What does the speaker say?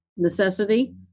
Necessity